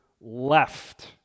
left